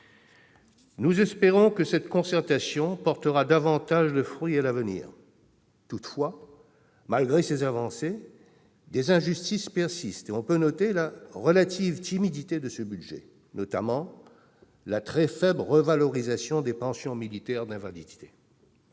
Nous espérons que la concertation annoncée portera davantage de fruits à l'avenir. Toutefois, malgré ces avancées, des injustices persistent et on peut noter la relative timidité de ce projet de budget, notamment la très faible revalorisation des pensions militaires d'invalidité.